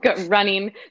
running